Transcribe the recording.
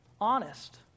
honest